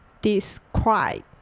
describe